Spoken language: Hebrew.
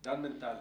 בנטל.